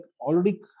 already